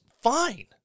fine